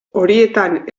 horietan